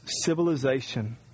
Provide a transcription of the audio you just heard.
civilization